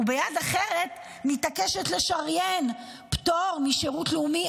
וביד אחרת מתעקשת לשריין פטור משירות לאומי